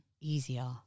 easier